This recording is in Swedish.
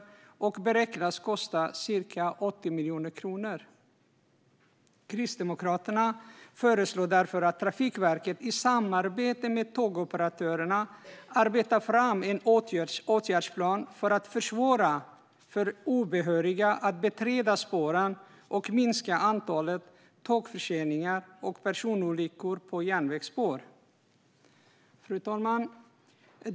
Dessa förseningar beräknas kosta ca 80 miljoner kronor. Kristdemokraterna föreslår därför att Trafikverket i samarbete med tågoperatörerna arbetar fram en åtgärdsplan för att försvåra för obehöriga att beträda spåren och för att minska antalet tågförseningar och personolyckor på järnvägsspår. Fru talman!